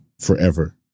forever